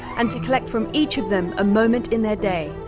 and to collect from each of them a moment in their day.